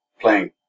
playing